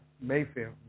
Mayfield